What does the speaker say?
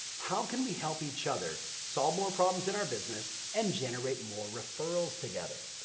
how can we help each other solve more problems in our business and generate more referrals together.